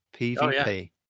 PVP